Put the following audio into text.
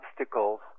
obstacles